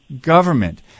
government